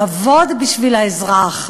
לעבוד בשביל האזרח.